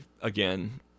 again